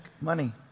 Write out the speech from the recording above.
money